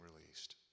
released